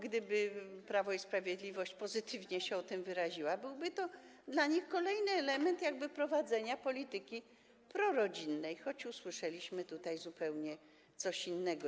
Gdyby Prawo i Sprawiedliwość pozytywnie się o tym wyraziło, byłby to dla nich kolejny element prowadzenia polityki prorodzinnej - choć dzisiaj usłyszeliśmy tutaj zupełnie coś innego.